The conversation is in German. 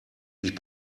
ich